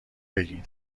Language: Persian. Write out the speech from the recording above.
بگین